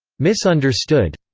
misunderstood